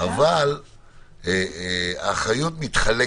האחריות מתחלקת.